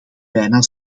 bijna